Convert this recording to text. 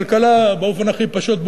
כלכלה באופן הכי פשוט,